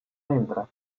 entra